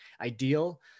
ideal